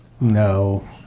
No